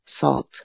salt